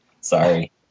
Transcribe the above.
Sorry